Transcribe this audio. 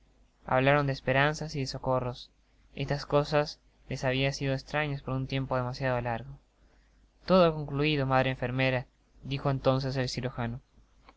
hablaron de esperanzas y de socorros estas cosas le habian sido estrañas por un tiempo demasiado largo todo ha concluido madre enfermera dijo entonces el cirujano